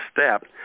step